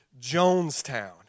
Jonestown